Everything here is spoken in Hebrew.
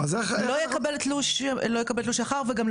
לא יקבל תלוש בכלל.